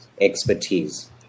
expertise